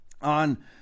on